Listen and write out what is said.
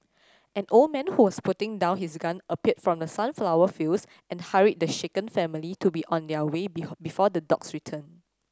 an old man who was putting down his gun appeared from the sunflower fields and hurried the shaken family to be on their way before the dogs return